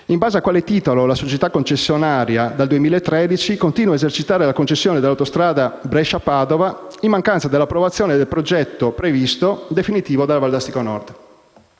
in base a quale titolo la società concessionaria dal 2013 continua a esercitare la concessione dell'autostrada Brescia-Padova in mancanza di approvazione del progetto previsto definitivo della Valdastico Nord.